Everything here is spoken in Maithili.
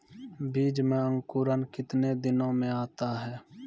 बीज मे अंकुरण कितने दिनों मे आता हैं?